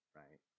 right